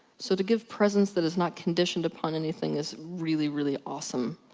so, to give presence that is not conditioned upon anything is really, really awesome.